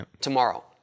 tomorrow